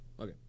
Okay